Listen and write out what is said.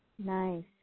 Nice